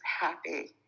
happy